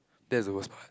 that's the worst part